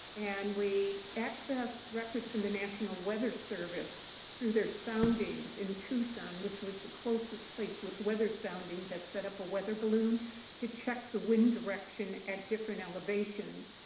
and we accessed records from the national weather service through their soundings in tucson, which was closest place with weather soundings that set up a weather balloon to check the wind direction at different elevations.